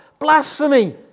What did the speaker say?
blasphemy